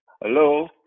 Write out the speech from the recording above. Hello